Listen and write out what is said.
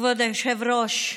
כבוד היושב-ראש.